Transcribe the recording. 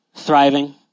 Thriving